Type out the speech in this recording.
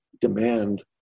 demand